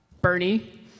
Bernie